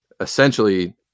essentially